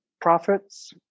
profits